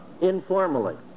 informally